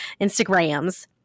Instagrams